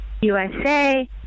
USA